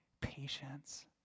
patience